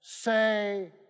say